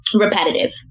repetitive